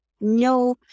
no